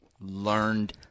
learned